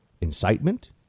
incitement